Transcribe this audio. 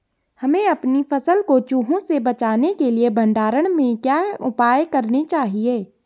हमें अपनी फसल को चूहों से बचाने के लिए भंडारण में क्या उपाय करने चाहिए?